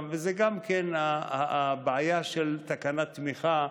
וזו גם הבעיה של תקנת תמיכה.